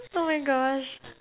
oh my gosh